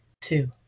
two